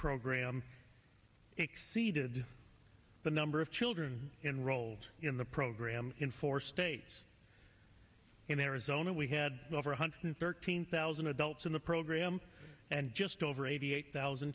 program exceeded the number of children enrolled in the program in four states in arizona we had over one hundred thirteen thousand adults in the program and just over eighty eight thousand